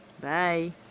Bye